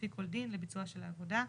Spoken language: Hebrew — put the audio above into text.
לפי כל דין לביצועה של העבודה.